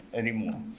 anymore